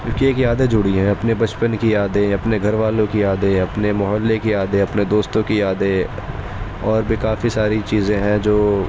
کیونکہ ایک یادیں جڑی ہیں اپنے بچپن کی یادیں اپنے گھر والوں کی یادیں اپنے محلے کی یادیں اپنے دوستوں کی یادیں اور بھی کافی ساری چیزیں ہیں جو